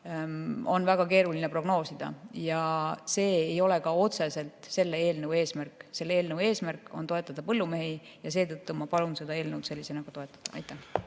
on väga keeruline prognoosida ja see ei ole ka otseselt selle eelnõu eesmärk. Selle eelnõu eesmärk on toetada põllumehi ja seetõttu ma palun seda eelnõu toetada. Aitäh!